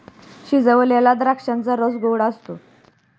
शिजवलेल्या द्राक्षांचा रस गोड असतो